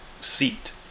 seat